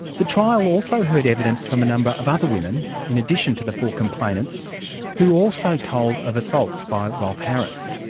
the trial also heard evidence from a number of other women in addition to the four complainants who also told of assaults by rolf harris.